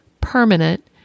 permanent